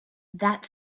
that